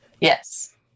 Yes